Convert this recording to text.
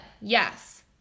yes